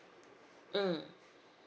mm